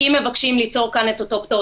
אם מבקשים ליצור כאן את אותו פטור,